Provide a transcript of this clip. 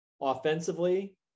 offensively